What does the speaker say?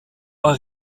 war